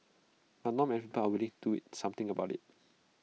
but not many people are willing to something about IT